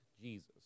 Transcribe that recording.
Jesus